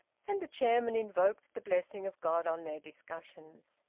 and the chairman invoked the blessing of god on their discussions.